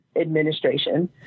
Administration